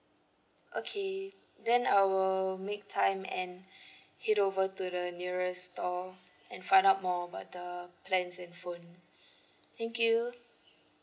okay then I will make time and head over to the nearest store and find out more about the plans and phone thank you